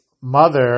mother